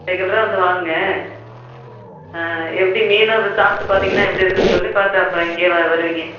ரெகுலரா வந்து வாங்குங்கள் ஆ எப்படி மீன் அப்போ சாப்பிட்டு பார்த்தீங்கன்னா எப்படி இருக்குன்னு சொல்லி பார்த்து அப்போ இங்கேயே வருவீங்கள்